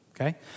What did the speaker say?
okay